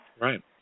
Right